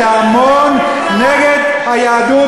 אבל הוא בא להסית את ההמון נגד היהדות